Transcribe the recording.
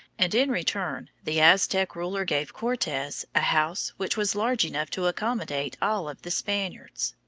and in return the aztec ruler gave cortes a house which was large enough to accommodate all of the spaniards.